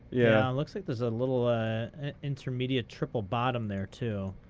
yeah, it looks like there's a little ah intermediate triple bottom there, too.